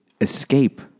escape